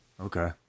Okay